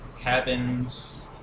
cabins